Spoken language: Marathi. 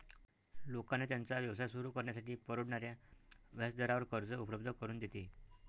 लोकांना त्यांचा व्यवसाय सुरू करण्यासाठी परवडणाऱ्या व्याजदरावर कर्ज उपलब्ध करून देते